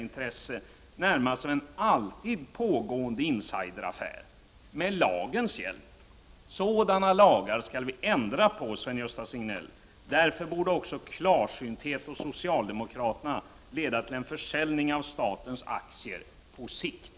intresse närmast som en alltid pågående insideraffär, med lagens hjälp. Sådana lagar skall vi ändra på, Sven-Gösta Signell. Därför borde också klarsynthet hos socialdemokraterna leda till en försäljning av statens aktier på sikt.